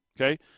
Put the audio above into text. okay